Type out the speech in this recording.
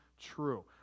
true